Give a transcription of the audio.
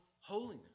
holiness